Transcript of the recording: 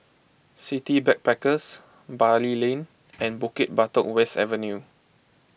City Backpackers Bali Lane and Bukit Batok West Avenue